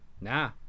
Nah